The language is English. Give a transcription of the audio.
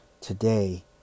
today